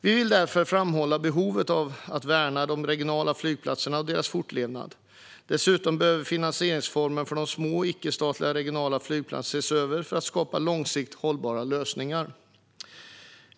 Vi vill därför framhålla behovet av att värna de regionala flygplatserna och deras fortlevnad. Dessutom behöver finansieringsformen för de små, icke-statliga regionala flygplatserna ses över för att skapa långsiktigt hållbara lösningar.